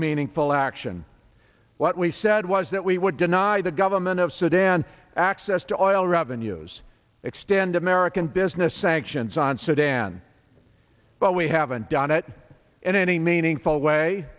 meaningful action what we said was that we would deny the government of sudan access to oil revenues extend american business sanctions on sudan but we haven't done it in any meaningful way